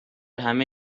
همه